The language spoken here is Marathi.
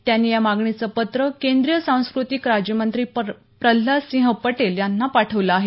त्यांनी या मागणीचं पत्र केंद्रीय सांस्क्रतिक राज्यमंत्री प्रल्हाद सिंह पटेल यांना पाठवल आहे